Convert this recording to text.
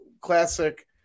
classic